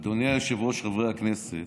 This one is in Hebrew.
אדוני היושב-ראש, חברי הכנסת.